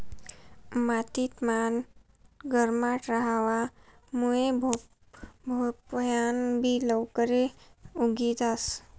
माती मान गरमाट रहावा मुये भोपयान बि लवकरे उगी जास